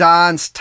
Dons